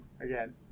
again